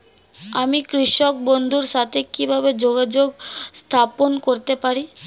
আমি কৃষক বন্ধুর সাথে কিভাবে যোগাযোগ স্থাপন করতে পারি?